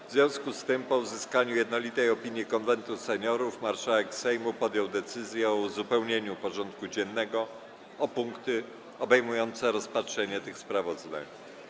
W związku z tym, po uzyskaniu jednolitej opinii Konwentu Seniorów, marszałek Sejmu podjął decyzję o uzupełnieniu porządku dziennego o punkty obejmujące rozpatrzenie tych sprawozdań.